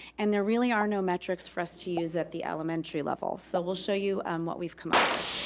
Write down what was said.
and there really are no metrics for us to use at the elementary level. so we'll show you what we've come up with.